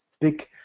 big